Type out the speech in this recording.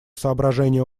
соображения